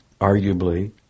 arguably